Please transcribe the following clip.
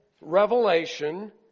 revelation